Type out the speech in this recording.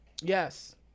Yes